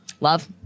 Love